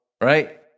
right